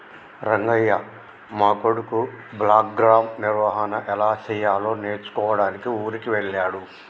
రంగయ్య మా కొడుకు బ్లాక్గ్రామ్ నిర్వహన ఎలా సెయ్యాలో నేర్చుకోడానికి ఊరికి వెళ్ళాడు